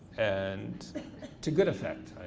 and to good effect,